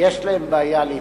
יש להם בעיה להתחתן.